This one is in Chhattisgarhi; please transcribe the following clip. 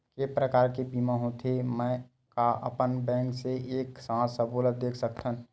के प्रकार के बीमा होथे मै का अपन बैंक से एक साथ सबो ला देख सकथन?